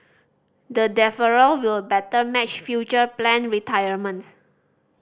the deferral will better match future planned retirements